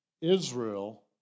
Israel